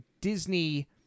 Disney